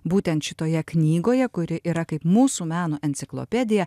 būtent šitoje knygoje kuri yra kaip mūsų meno enciklopedija